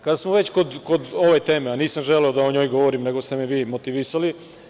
Kada smo već kod ove teme, a nisam želeo o njoj da govorim, nego ste me vi motivisali.